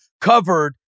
covered